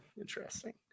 interesting